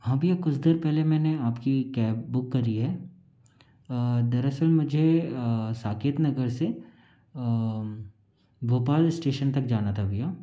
हाँ भैया कुछ देर पहले मैंने आपकी कैब बुक करी है दरअसल मुझे साकेत नगर से भोपाल स्टेशन तक जाना था भैया